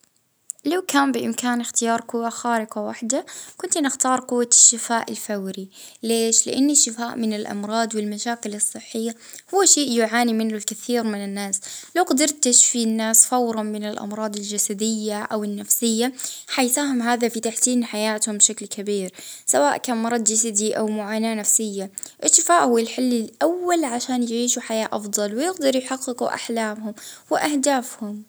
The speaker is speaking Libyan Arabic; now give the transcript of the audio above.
اه نحب أن تكون عندي قوة خارقة في أنها تكون عندي قدرة على شفاء الناس، نحسها هيك حاجة تعاون البشرية بشكل كبير.